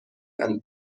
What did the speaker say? and